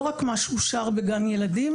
לא רק מה שהוא שר בגן ילדים.